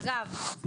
אגב,